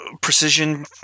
precision